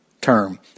term